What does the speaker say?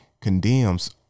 Condemns